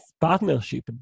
partnership